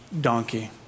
donkey